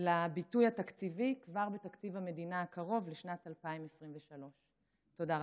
לביטוי התקציבי כבר בתקציב המדינה הקרוב לשנת 2023. תודה רבה.